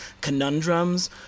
conundrums